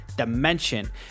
Dimension